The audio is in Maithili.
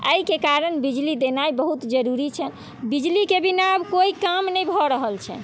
एहिके कारण बिजली देनाइ बहुत जरूरी छनि बिजलीके बिना अब कोइ काम नहि भऽ रहल छनि